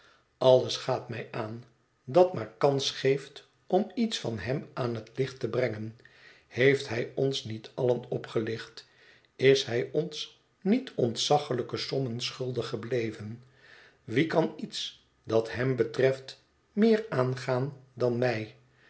alles gaat mij aan dat maar kans geeft om iets van hem aan het licht te brengen heeft hij ons niet allen opgelicht is hij ons niet ontzaglijke sommen schuldig gebleven wien kan iets dat hem betreft meer aangaan dan mij